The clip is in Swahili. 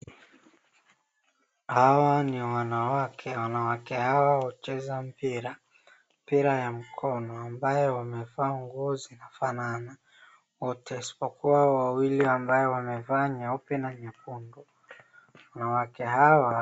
Hawa ni wanawake. Wanawake hawa wacheza mpira. Mpira ya mkono, ambayo wamevaa nguo zinafanana wote isipokuwa wawili ambaye wamevaa nyeupe na nyekundu. Wanawake hawa.